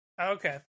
Okay